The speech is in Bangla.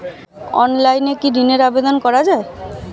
অনলাইনে কি ঋনের আবেদন করা যায়?